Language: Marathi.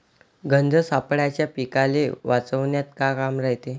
गंध सापळ्याचं पीकाले वाचवन्यात का काम रायते?